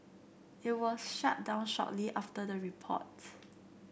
it was shut down shortly after the report